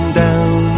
down